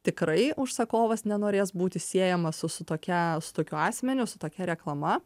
tikrai užsakovas nenorės būti siejamas su su tokia su tokiu asmeniu su tokia reklama